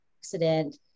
accident